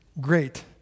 great